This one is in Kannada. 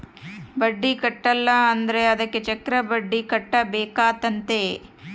ಬಡ್ಡಿ ಕಟ್ಟಿಲ ಅಂದ್ರೆ ಅದಕ್ಕೆ ಚಕ್ರಬಡ್ಡಿ ಕಟ್ಟಬೇಕಾತತೆ